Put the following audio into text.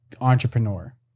entrepreneur